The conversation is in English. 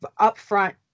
upfront